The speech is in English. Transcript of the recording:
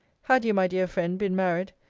had you, my dear friend, been married,